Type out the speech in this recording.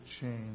change